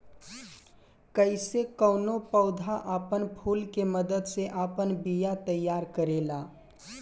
कइसे कौनो पौधा आपन फूल के मदद से आपन बिया तैयार करेला